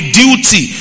duty